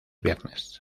viernes